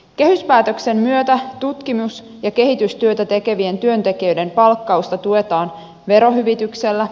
kehyspäätöksen myötä tutkimus ja kehitystyötä tekevien työntekijöiden palkkausta tuetaan verohyvityksellä